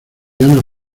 gana